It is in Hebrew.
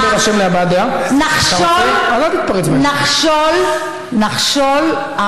כבר נתתי לך עוד